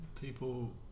People